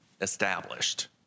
established